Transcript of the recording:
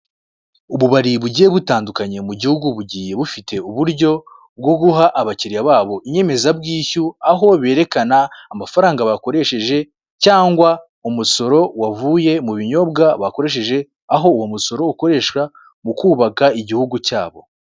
Ububari bugiye butandukanye mu gihugu bugiye bufite uburyo bwo guha abakiriya babo inyemeza bwishyu aho berekana amafaranga bakoresheje cyangwa umusoro wavuye mu binyobwa bakoresheje aho uwo musoro ukoreshwa mu kubaka igihugu cyabo.